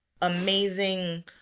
amazing